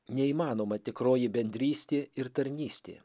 neįmanoma tikroji bendrystė ir tarnystė